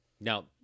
now